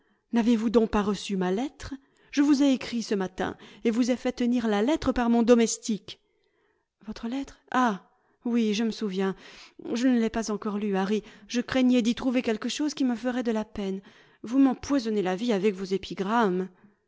n'avez-vous donc pas reçu ma lettre je vous ai écrit ce matin et vous ai fait tenir la lettre par mon domestique votre lettre ah oui je me souviens je ne l'ai pas encore lue harry je craignais d'y trouver quelque chose qui me ferait de la peine vous m'empoisonnez la vie avec vos épigrammes